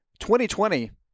2020